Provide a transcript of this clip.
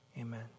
amen